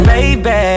Baby